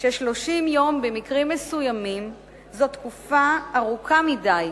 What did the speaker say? ש-30 יום במקרים מסוימים הם תקופה ארוכה מדי,